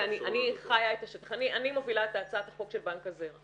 אני מובילה את הצעת החוק של בנק הזרע